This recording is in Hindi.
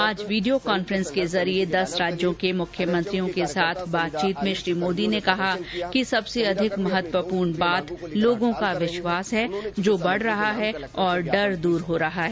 आज वीडियो कान्फ्रेंस के जरिये दस राज्यों के मुख्यमंत्रियों के साथ बातचीत में श्री मोदी ने कहा कि सबसे अधिक महत्वपूर्ण बात लोगों का विश्वास है जो बढ़ रहा है और डर दूर हो रहा है